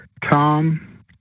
Tom